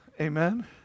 Amen